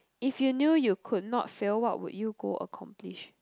if you knew you could not fail what would you go accomplish